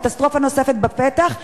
קטסטרופה נוספת בפתח.